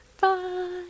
Bye